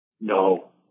No